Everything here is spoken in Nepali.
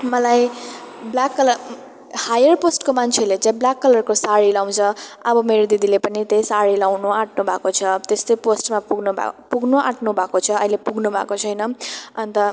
मलाई ब्ल्याक कलर हायर पोस्टको मान्छेहरूले चाहिँ ब्ल्याक कलरको साडी लगाउँछ अब मेरो दिदीले पनि त्यहीँ साडी लगाउनु आँट्नु भएको छ अब त्यस्तै पोस्टमा पुग्नु भए पुग्नु आँट्नु भएको छ अहिले पुग्नुभएको छैन अन्त